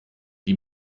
die